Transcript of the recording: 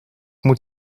moet